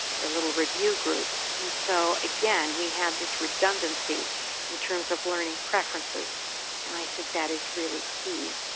their little review groups. and so again, we have this redundancy in terms of learning preferences and i think that is really key.